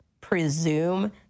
presume